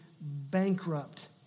bankrupt